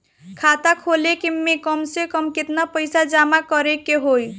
खाता खोले में कम से कम केतना पइसा जमा करे के होई?